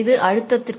இது அழுத்தத்தின்